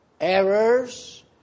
errors